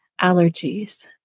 allergies